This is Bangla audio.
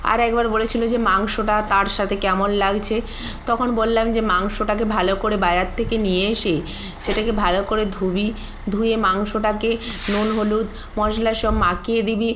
আর একবার বলেছিলো যে মাংসটা তার সাতে কেমন লাগছে তখন বললাম যে মাংসটাকে ভালো করে বাজার থেকে নিয়ে এসে সেটাকে ভালো করে ধুবি ধুয়ে মাংসটাকে নুন হলুদ মশলা সব মাখিয়ে দিবি